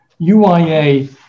UIA